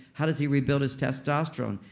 how does he rebuild his testosterone?